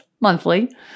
monthly